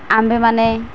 ଆମ୍ଭେମାନେ